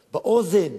באוזן,